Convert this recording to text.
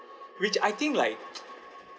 which I think like